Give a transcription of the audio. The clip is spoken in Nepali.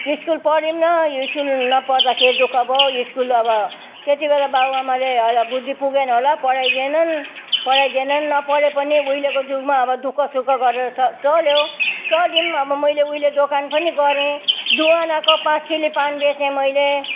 स्कुल पढिनौँ यो स्कुल नपढ्दाखेरि दुःख भयो स्कुल अब त्यति बेला बाबुआमाले अलि बुद्धि पुगेन होला पढाइदिएनन् पढाइदिएनन् नपढे पनि उहिलेको जुगमा अब दुःखसुख गरेर च चल्यो चलियो अब मैले उहिले दोकान पनि गरेँ दुई आनाको पाँच खिली पान बेचेँ मैले